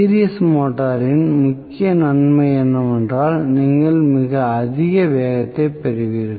series மோட்டாரின் முக்கிய நன்மை என்னவென்றால் நீங்கள் மிக அதிக வேகத்தை பெறுவீர்கள்